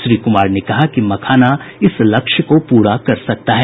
श्री कुमार ने कहा कि मखाना इस लक्ष्य को पूरा कर सकता है